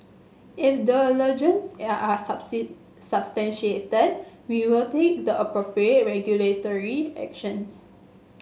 if the are are substantiated we will take the appropriate regulatory actions